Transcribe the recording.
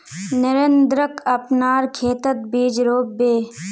नरेंद्रक अपनार खेतत बीज रोप बे